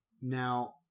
Now